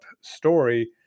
story